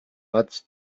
but